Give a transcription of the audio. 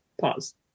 pause